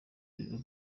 bikaba